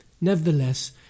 Nevertheless